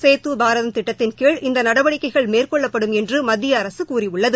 சேது பாரதம் திட்டத்தின் கீழ் இந்த நடவடிக்கைகள் மேற்கொள்ளப்படும் என்று மத்திய அரசு கூழியுள்ளது